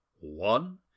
One